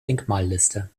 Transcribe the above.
denkmalliste